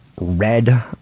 red